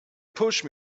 push